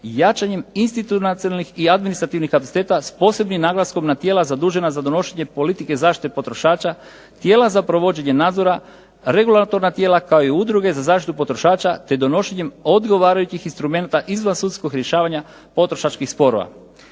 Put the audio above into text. jačanjem institucionalnih i administrativnih kapaciteta, s posebnim naglaskom na tijela zadužena za donošenje politike zaštite potrošača, tijela za provođenje nadzora, regulatorna tijela, kao i udruge za zaštitu potrošača te donošenjem odgovarajućih instrumenata izvansudskog rješavanja potrošačkih sporova.